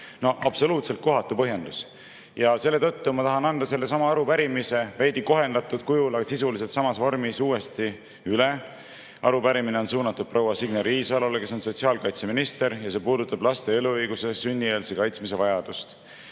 No absoluutselt kohatu põhjendus. Selle tõttu ma tahan anda sellesama arupärimise veidi kohendatud kujul, aga sisuliselt samas vormis uuesti üle. Arupärimine on suunatud proua Signe Riisalole, kes on sotsiaalkaitseminister, ja see puudutab laste eluõiguse sünnieelse kaitsmise vajadust. Ja